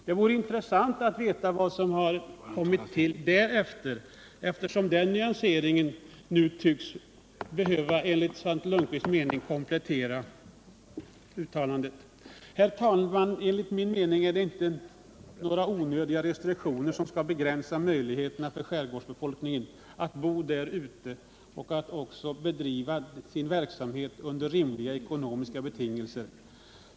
Det vore intressant att få veta vad som har hänt senare, då det enligt Svante Lundkvists mening tycks behövas en komplettering av uttalandet. Herr talman! Enligt min mening får inga onödiga restriktioner begränsa möjligheterna för skärgårdsbefolkningen att bo där ute i skärgården och att göra det under rimliga ekonomiska betingelser.